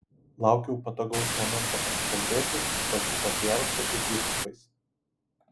laukiau patogaus momento pasikalbėti su pačiu patriarchu ir vyskupais